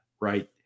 right